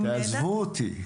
תעזבו אותי.